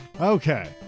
Okay